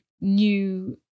new